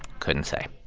couldn't say